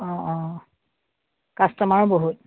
অঁ অঁ কাষ্টমাৰো বহুত